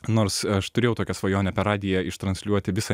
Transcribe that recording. nors aš turėjau tokią svajonę per radiją ištransliuoti visą